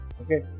Okay